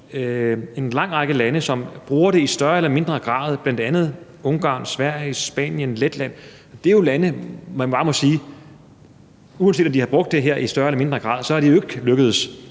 en lang række lande bruger det i større eller mindre grad, bl.a. Ungarn, Sverige, Spanien, Letland. Det er jo lande, hvorom man bare må sige, at uanset om de har brugt det her i større eller mindre grad, er det jo ikke lykkedes